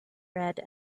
red